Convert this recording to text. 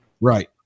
Right